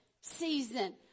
season